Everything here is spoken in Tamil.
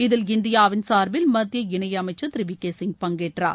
இதில் இந்தியாவின் சார்பில் மத்திய இணை அமைச்சர் திரு வி கே சிங் பங்கேற்றார்